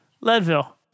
Leadville